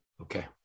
Okay